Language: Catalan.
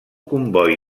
comboi